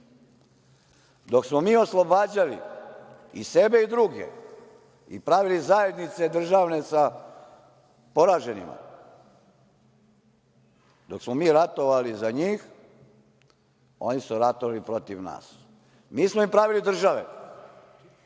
Dok smo mi oslobađali i sebe i druge i pravili državne zajednice sa poraženima, dok smo mi ratovali za njih, oni su ratovali protiv nas. Mi smo im pravili države,